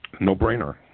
No-brainer